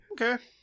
Okay